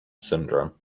syndrome